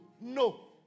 No